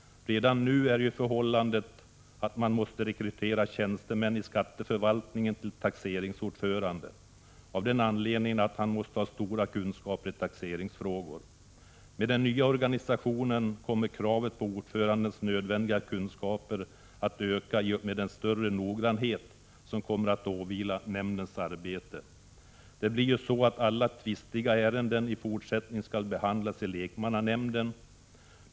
Redan nu är ju förhållandet att man måste rekrytera tjänstemän i skatteförvaltningen till taxeringsnämndsordförande, av den anledningen att han måste ha stora kunskaper i taxeringsfrågor. Med den nya organisationen kommer kravet på ordförandens kunskaper att öka i och med den större noggrannhet som då kommer att krävas i nämndens arbete. I fortsättningen skall ju alla tvistiga ärenden behandlas i lekmannanämnden.